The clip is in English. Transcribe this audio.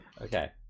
Okay